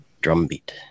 drumbeat